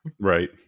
right